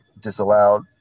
disallowed